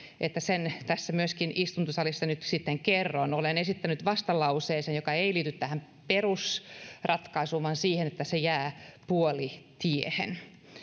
että sen myöskin tässä istuntosalissa nyt sitten kerron olen esittänyt vastalauseen joka ei liity tähän perusratkaisuun vaan siihen että se jää puolitiehen